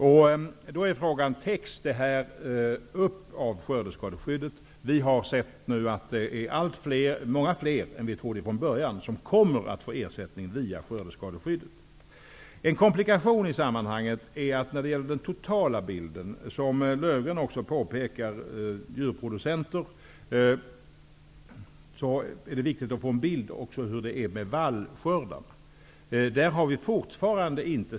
Frågan är då: Täcks kostnaderna av skördeskadeskyddet? Vi har sett att det är många fler än vi trodde från början som kommer att få ersättning via skördeskadeskyddet. När det gäller totalbilden finns det en komplikation i sammanhanget, som Löfgreen också påpekade, och det är för djurproducenterna. Det är viktigt att också få en bild av hur det är med vallskördarna.